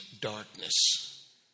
darkness